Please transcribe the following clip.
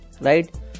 right